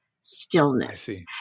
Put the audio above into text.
stillness